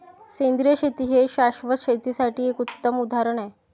सेंद्रिय शेती हे शाश्वत शेतीसाठी एक उत्तम उदाहरण आहे